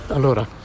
Allora